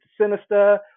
Sinister